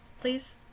please